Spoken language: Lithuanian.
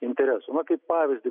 intereso na kaip pavyzdį